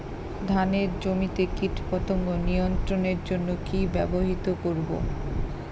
ধানের জমিতে কীটপতঙ্গ নিয়ন্ত্রণের জন্য কি ব্যবহৃত করব?